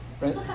Right